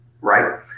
right